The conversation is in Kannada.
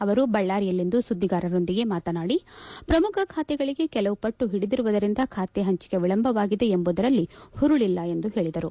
ಅವರು ಬಳ್ಳಾರಿಯಲ್ಲಿಂದು ಸುದ್ದಿಗಾರರೊಂದಿಗೆ ಮಾತನಾಡಿ ಪ್ರಮುಖ ಖಾತೆಗಳಿಗೆ ಕೆಲವು ಪಟ್ಟು ಒಡಿದಿರುವುದರಿಂದ ಖಾತೆ ಹಂಚಿಕೆ ವಿಳಂಬವಾಗಿದೆ ಎಂಬುದರಲ್ಲಿ ಪುರುಳಿಲ್ಲ ಎಂದು ಹೇಳಿದರು